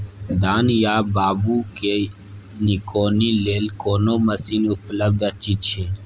धान या बाबू के निकौनी लेल कोनो मसीन उपलब्ध अछि की?